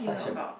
such a